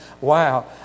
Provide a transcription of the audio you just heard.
Wow